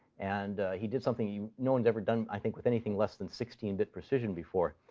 and he did something no one's ever done, i think, with anything less than sixteen bit precision before.